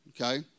okay